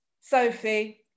Sophie